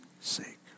sake